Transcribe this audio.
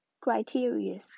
criteria